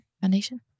foundation